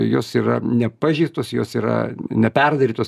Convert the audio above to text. jos yra nepažeistos jos yra neperdarytos